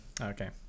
Okay